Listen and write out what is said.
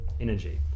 energy